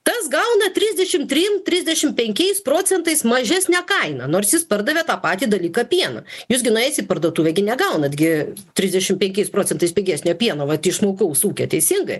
tas gauna trisdešim trim trisdešim penkiais procentais mažesnę kainą nors jis pardavė tą patį dalyką pieną jūs gi nuėjęs į parduotuvę gi negaunat gi trisdešim penkiais procentais pigesnio pieno vat iš smulkaus ūkio teisingai